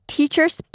Teacher's